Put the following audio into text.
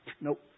Nope